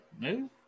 move